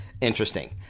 Interesting